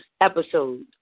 episode